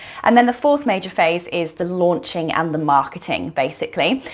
and then the fourth major phase is the launching and the marketing basically.